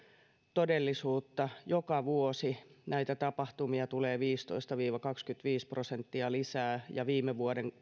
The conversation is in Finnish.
todellisuutta joka vuosi näitä tapahtumia tulee viisitoista viiva kaksikymmentäviisi prosenttia lisää pelastuslaitoksen kumppanuushankkeen viime vuoden